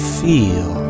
feel